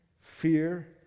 fear